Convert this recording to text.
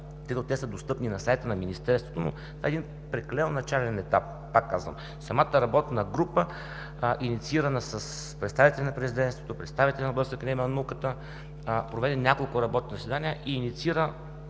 те са достъпни на сайта на Министерството – един прекалено начален етап. Пак казвам: самата работна група, инициирана с представители на Президентството, представители на Българската академия на науките проведе няколко работни заседания и инициира